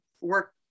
work